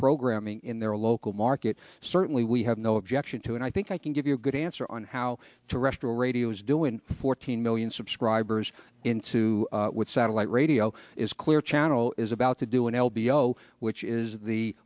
programming in their local market certainly we have no objection to and i think i can give you a good answer on how to arrest a radio is doing fourteen million subscribers in two with satellite radio is clear channel is about to do an l b o which is the